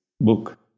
book